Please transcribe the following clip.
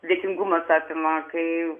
dėkingumas apima kai